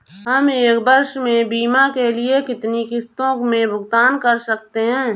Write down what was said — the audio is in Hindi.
हम एक वर्ष में बीमा के लिए कितनी किश्तों में भुगतान कर सकते हैं?